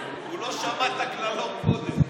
הוא לא שמע את הקללות קודם,